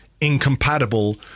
incompatible